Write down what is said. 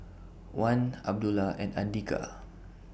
Wan Abdullah and Andika